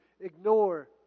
ignore